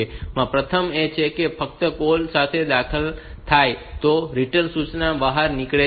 તેમાં પ્રથમ એ છે કે તે ફક્ત કૉલ સાથે દાખલ થાય છે અને રિટર્ન સૂચના સાથે બહાર નીકળે છે